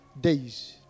days